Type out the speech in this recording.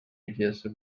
идеясы